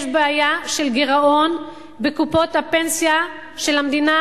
יש בעיה של גירעון בקופות הפנסיה של המדינה,